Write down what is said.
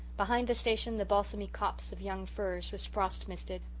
behind the station the balsamy copse of young firs was frost-misted.